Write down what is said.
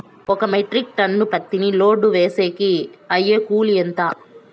ఒక metric ton పత్తిని load వేసేకి అయ్యే కూలి ఎంత?